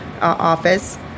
office